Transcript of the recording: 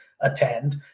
attend